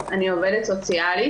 אני עובדת סוציאלית,